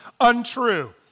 untrue